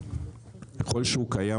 ככול שהוא קיים,